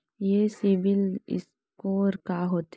ये CIBIL score का होथे?